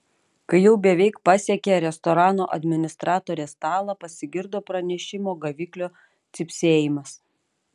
kai jau beveik pasiekė restorano administratorės stalą pasigirdo pranešimo gaviklio cypsėjimas